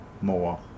more